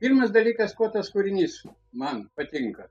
pirmas dalykas kuo tas kūrinys man patinka